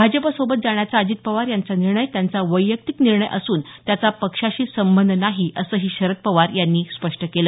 भाजपसोबत जाण्याचा अजित पवार यांचा निर्णय त्यांचा वैयक्तिक निर्णय असून त्याचा पक्षाशी संबंध नाही असंही शरद पवार यांनी स्पष्ट केलं